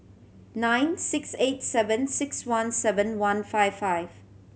nine six eight seven six one seven one five five